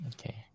Okay